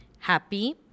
Happy